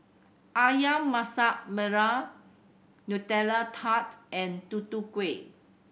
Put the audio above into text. Ayam Masak Merah Nutella Tart and Tutu Kueh